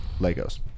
Legos